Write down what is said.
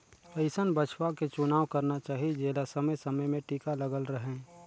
अइसन बछवा के चुनाव करना चाही जेला समे समे में टीका लगल रहें